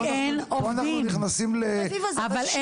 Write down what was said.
פה אנחנו נכנסים --- אבל,